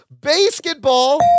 Basketball